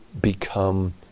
become